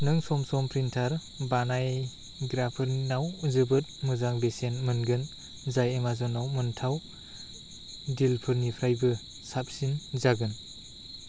नों सम सम प्रिन्टार बानायग्राफोरनाव जोबोद मोजां बेसेन मोनगोन जाय एमाज'नाव मोनथाव डिलफोरनिफ्रायबो साबसिन जागोन